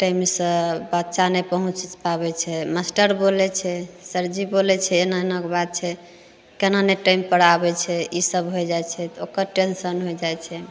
टाइमसँ बच्चा नहि पहुँच पाबय छै मास्टर बोलय छै सरजी बोलय छै एना एनाके बात छै केना नहि टाइमपर आबय छै ई सब होइ जाइ छै तऽ ओकर टेन्शन होइ जाइ छै